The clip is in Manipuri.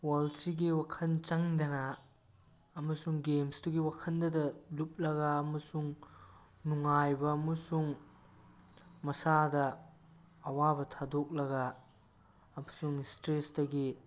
ꯋꯥꯔꯜꯁꯤꯒꯤ ꯋꯥꯈꯜ ꯆꯪꯗꯅ ꯑꯃꯁꯨꯡ ꯒꯦꯝꯁꯇꯨꯒꯤ ꯋꯥꯈꯜꯗꯗ ꯂꯨꯞꯂꯒ ꯑꯃꯁꯨꯡ ꯅꯨꯡꯉꯥꯏꯕ ꯑꯃꯁꯨꯡ ꯃꯁꯥꯗ ꯑꯋꯥꯕ ꯊꯥꯗꯣꯛꯂꯒ ꯑꯃꯁꯨꯡ ꯁ꯭ꯇꯔꯦꯁꯇꯒꯤ